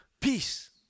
peace